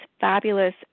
fabulous